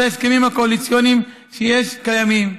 אלה ההסכמים הקואליציוניים שקיימים.